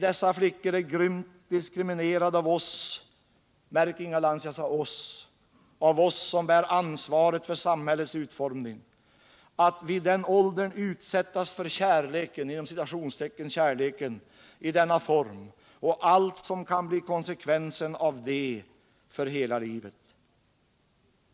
Dessa flickor är grymt diskriminerade av oss — märk, Inga Lantz, att jag sade oss/ — som bär ansvaret för samhällets utformning. Tänk, att vid den åldern utsättas för ”kärleken” i denna form och allt som kan bli konsekvensen av det för hela livet!